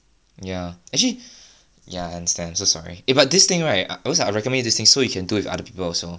ya actually ya I understand I'm so sorry eh but this thing right I I recommend you this thing so you can do with other people also